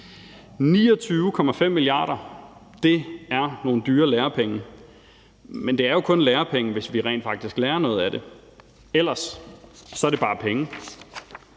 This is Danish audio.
29,5 mia. kr. er nogle dyre lærepenge, men det er jo kun lærepenge, hvis vi rent faktisk lærer noget af det. For ellers er det bare penge,